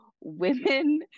women